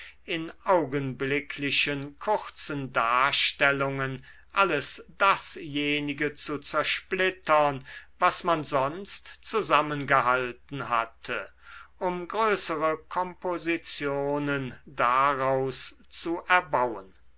in augenblicklichen kurzen darstellungen alles dasjenige zu zersplittern was man sonst zusammengehalten hatte um größere kompositionen daraus zu erbauen